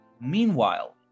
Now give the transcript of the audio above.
Meanwhile